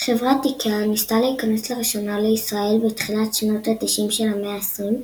חברת איקאה ניסתה להיכנס לראשונה לישראל בתחילת שנות ה-90 של המאה ה-20,